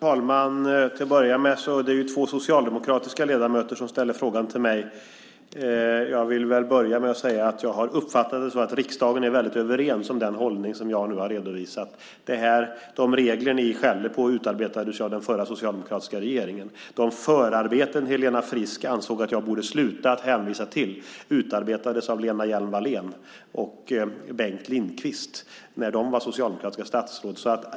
Fru talman! Det är två socialdemokratiska ledamöter som ställer frågan till mig. Jag vill börja med att säga att jag har uppfattat det så att riksdagen är väldigt överens om den hållning som jag nu har redovisat. De regler ni skäller på utarbetades ju av den förra socialdemokratiska regeringen. De förarbeten Helena Frisk ansåg att jag borde sluta att hänvisa till utarbetades av Lena Hjelm-Wallén och Bengt Lindqvist när de var socialdemokratiska statsråd.